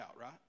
right